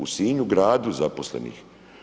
U Sinju gradu zaposlenih.